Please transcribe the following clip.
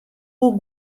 hoe